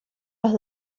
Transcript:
las